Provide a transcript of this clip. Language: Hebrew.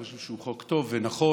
אנחנו חושבים שהוא חוק טוב ונכון,